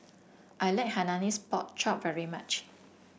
I like Hainanese Pork Chop very much